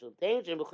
danger